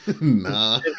Nah